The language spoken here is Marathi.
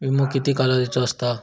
विमो किती कालावधीचो असता?